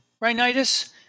rhinitis